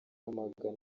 amagana